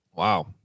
Wow